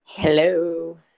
hello